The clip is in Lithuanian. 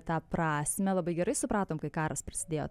tą prasmę labai gerai supratom kai karas prisidėjo